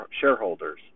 shareholders